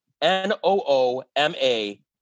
N-O-O-M-A